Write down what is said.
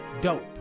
dope